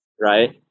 Right